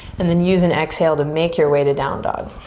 and then use an exhale to make your way to down dog.